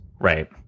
right